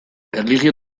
erlijio